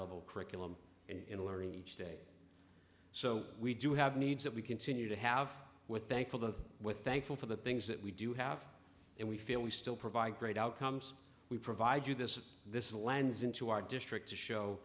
level curriculum in learning each day so we do have needs that we continue to have with thankful that with thankful for the things that we do have and we feel we still provide great outcomes we provide you this this is a lens into our district to show